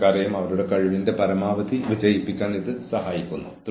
അച്ചടക്ക പിഴ നിയമലംഘനത്തിന്റെ ഗൌരവവുമായി ന്യായമായും ബന്ധപ്പെട്ടിരുന്നോ